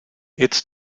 its